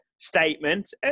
statement